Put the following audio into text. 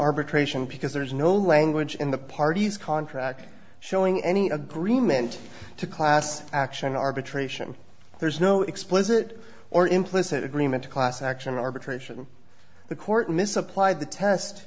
arbitration because there is no language in the party's contract showing any agreement to class action arbitration there's no explicit or implicit agreement to class action arbitration the court misapplied the test